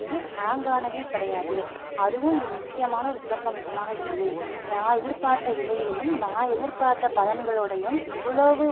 இது ஹேங் ஆனது கிடையாது அதுவும் இதில் முக்கியமான ஒரு சிறப்பம்சமாக இருந்தது நான் எதிர்பார்த்த விலையிலேயும் நா எதிர்பார்த்த பலன்களோடையும் இவ்வளோ